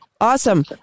Awesome